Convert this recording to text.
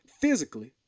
physically